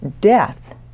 death